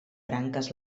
branques